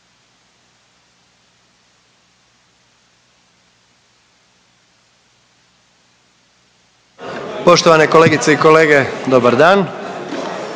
poštovane kolegice i kolege, dobro